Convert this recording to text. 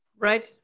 Right